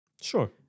Sure